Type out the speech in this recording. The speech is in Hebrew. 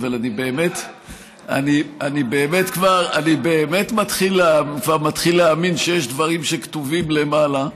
אבל אני באמת כבר מתחיל להאמין שיש דברים שכתובים למעלה.